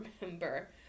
remember